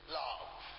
love